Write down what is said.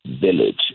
Village